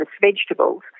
vegetables